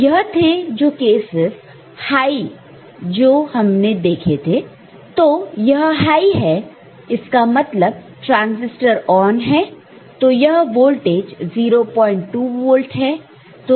तो यह थे जो केसस आई जो हमने देखे थे तो यह हाई है इसका मतलब ट्रांसिस्टर ऑन है तो यह वोल्टेज 02 वोल्ट है